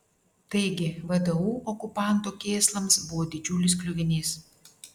taigi vdu okupanto kėslams buvo didžiulis kliuvinys